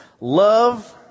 Love